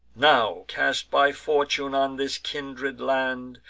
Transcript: now cast by fortune on this kindred land,